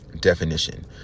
Definition